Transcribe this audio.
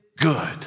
good